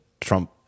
Trump